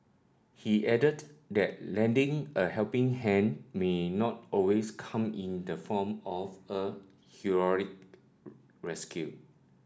he added that lending a helping hand may not always come in the form of a heroic rescue